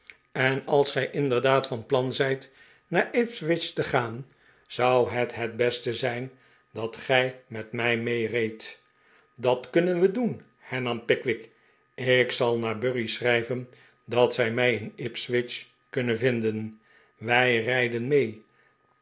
en als gij inderdaad van plan zijt naar ipswich te gaan zou het het beste zijn dat gij met mij meereedt dat kunnen we doen hernam pickwick ik zal naar bury schrijven dat zij mij in ipswich kunnen vinden wij rijden mee